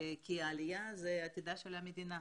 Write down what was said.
כי העלייה היא עתידה של המדינה.